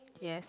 yes